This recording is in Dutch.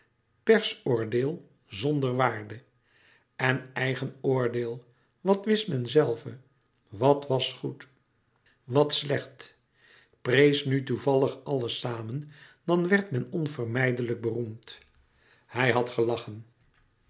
persoordeel zonder waarde en eigen oordeel wat wist men zelve wat was goed wat slecht prees nu toevallig alles samen dan werd men onvermijdelijk beroemd hij had gelachen